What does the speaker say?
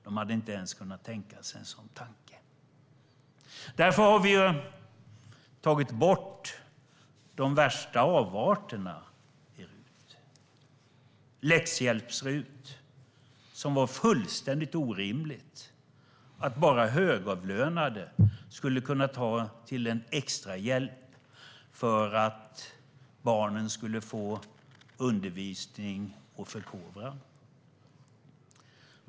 De hade inte ens tänkt sig en sådan tanke. Därför har regeringen tagit bort de värsta avarterna, till exempel läxhjälps-RUT. Det var fullständigt orimligt att bara högavlönade skulle kunna betala extrahjälp för att barnen skulle få undervisning och förkovran.